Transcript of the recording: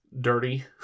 dirty